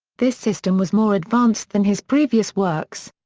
this system was more advanced than his previous works.